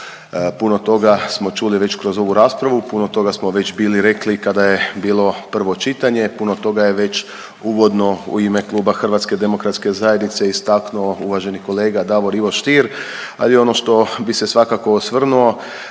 Puno toga smo čuli već kroz ovu raspravu, puno toga smo već bili rekli kada je bilo prvo čitanje, puno toga je već uvodno u ime Kluba HDZ-a istaknuo uvaženi kolega Davor Ivo Stier, ali ono što bi se svakako osvrnuo,